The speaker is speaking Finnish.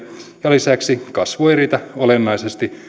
ja lisäksi kasvu ei riitä olennaisesti